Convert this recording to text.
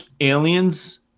aliens